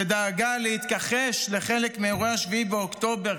שדאגה להתכחש לחלק מאירועי 7 באוקטובר,